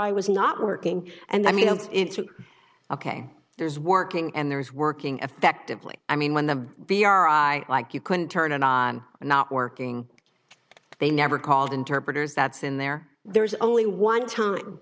i was not working and i mean it's ok there's working and there is working effectively i mean when the b r i like you can turn it on and not working they never called interpreters that's in there there's only one time